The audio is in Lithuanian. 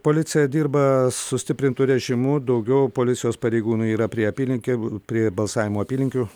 policija dirba sustiprintu režimu daugiau policijos pareigūnų yra prie apylinkių prie balsavimo apylinkių